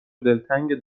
دلتنگ